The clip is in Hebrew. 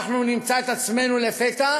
אנחנו נמצא את עצמנו לפתע